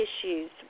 issues